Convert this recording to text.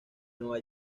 nueva